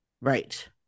right